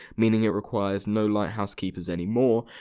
meaning it requires no lighthouse keepers anymore.